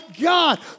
God